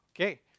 Okay